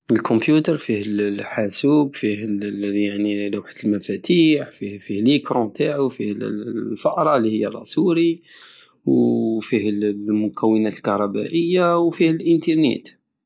كومبيوتر فيه الحاسوب فيه يعني لوحة المفاتيح فيه ليكرون تاعو فيه الفأرة لاسوري زفيه مكونات كهربائية وفيه لينترنيت